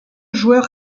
joueur